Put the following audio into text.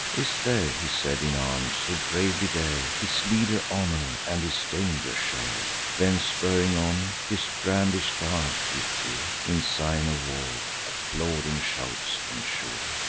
is there, he said, in arms, who bravely dare his leader's honor and his danger share? then spurring on, his brandish'd dart he threw, in sign of war applauding shouts ensue.